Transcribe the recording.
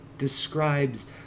describes